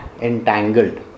entangled